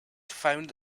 found